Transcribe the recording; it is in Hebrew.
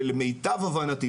ולמיטב הבנתי,